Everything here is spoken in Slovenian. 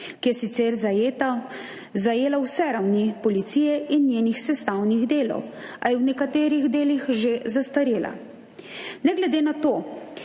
ki je sicer zajela vse ravni policije in njenih sestavnih delov, a je v nekaterih delih že zastarela. Ne glede na to